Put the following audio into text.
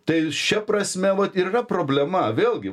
tai šia prasme vat ir yra problema vėlgi